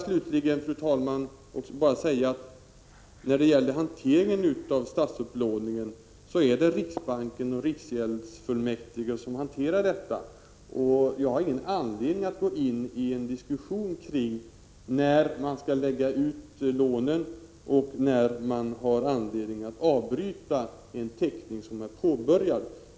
Slutligen, fru talman, vill jag också bara säga att det är riksbanken och riksgäldsfullmäktige som sköter hanteringen beträffande statsupplåningen. Jag har ingen anledning att gå in i en diskussion om när lånen skall läggas ut och när man har anledning att avbryta en teckning som redan påbörjats.